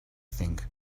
think